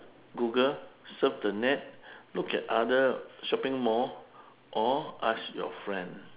google surf the net look at other shopping mall or ask your friend